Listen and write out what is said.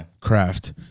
craft